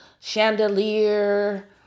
chandelier